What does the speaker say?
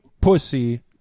pussy